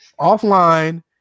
offline